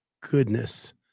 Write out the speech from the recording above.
goodness